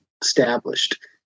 established